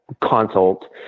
consult